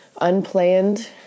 Unplanned